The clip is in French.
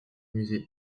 musée